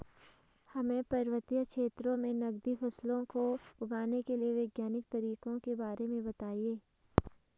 हमें पर्वतीय क्षेत्रों में नगदी फसलों को उगाने के वैज्ञानिक तरीकों के बारे में बताइये?